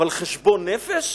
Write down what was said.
אבל חשבון נפש?